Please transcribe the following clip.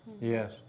Yes